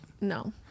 No